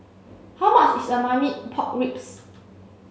how much is Marmite Pork Ribs